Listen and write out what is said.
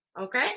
okay